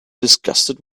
disgusted